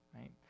right